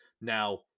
Now